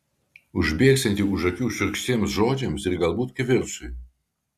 užbėgsianti už akių šiurkštiems žodžiams ir galbūt kivirčui